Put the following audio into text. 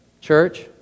church